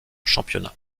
championnat